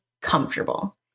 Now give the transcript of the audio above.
comfortable